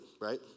right